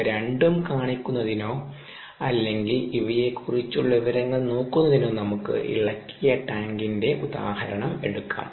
ഇവ രണ്ടും കാണിക്കുന്നതിനോ അല്ലെങ്കിൽ ഇവയെക്കുറിച്ചുള്ള വിവരങ്ങൾ നോക്കുന്നതിനോ നമുക്ക് ഇളക്കിയ ടാങ്കിന്റെ ഉദാഹരണം എടുക്കാം